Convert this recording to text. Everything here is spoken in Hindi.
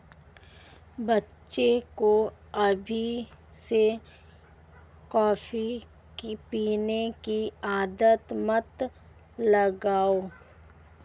बच्चे को अभी से कॉफी पीने की आदत मत लगाओ